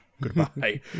Goodbye